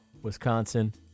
Wisconsin